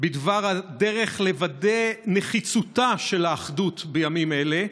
בדבר הדרך לוודא את נחיצותה של האחדות בימים אלה,